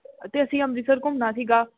ਅਤੇ ਅਸੀਂ ਅੰਮ੍ਰਿਤਸਰ ਘੁੰਮਣਾ ਸੀਗਾ